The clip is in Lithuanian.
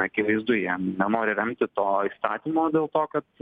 akivaizdu jie nenori remti to įstatymo dėl to kad